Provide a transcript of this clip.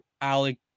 Alex